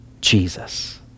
Jesus